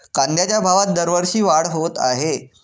कांद्याच्या भावात दरवर्षी वाढ होत आहे